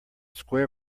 square